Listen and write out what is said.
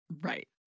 Right